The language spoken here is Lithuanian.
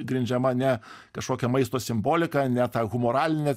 grindžiama ne kažkokia maisto simbolika ne ta humoraline